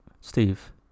steve